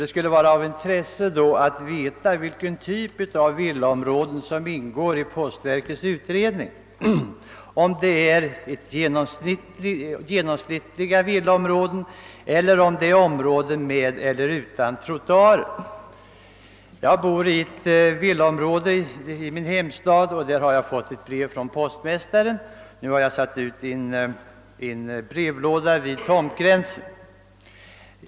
Det skulle emellertid vara av intresse att veta vilken typ av villaområden postverkets utredning omfattar, om det rör sig om vanliga villaområden och om det är med eller utan trottoarer. Jag bor i ett villaområde i min hemstad, vars postmästare sänt mig ett brev. Nu har jag satt upp en brevlåda vid tomtgränsen.